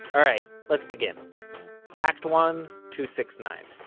alright, let's begin act one two six nine.